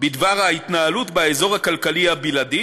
בדבר ההתנהלות באזור הכלכלי הבלעדי